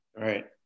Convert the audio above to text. right